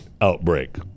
outbreak